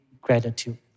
gratitude